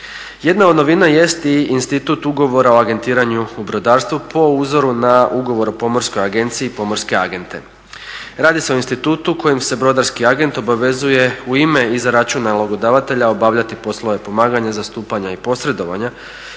Jedna od novina jest i institut ugovora o agentiranju u brodarstvu po uzoru o Pomorskoj agenciji i pomorske agente. Radi se o institutu kojim se brodarski agent obavezuje uime za račun nalogovadatelja obavljati poslove pomaganja, zastupanja i posredovanja